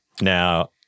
Now